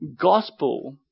gospel